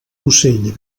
ocell